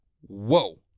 Whoa